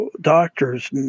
Doctors